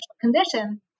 condition